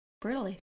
Brutally